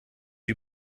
you